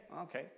okay